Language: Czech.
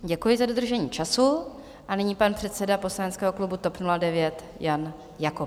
Děkuji za dodržení času a nyní pan předseda poslaneckého klubu TOP 09 Jan Jakob.